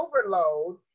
overload